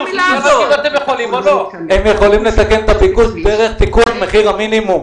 הם יכולים לתקן את הביקוש דרך תיקון מחיר המינימום.